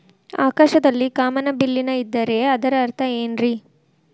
ಆಕಾಶದಲ್ಲಿ ಕಾಮನಬಿಲ್ಲಿನ ಇದ್ದರೆ ಅದರ ಅರ್ಥ ಏನ್ ರಿ?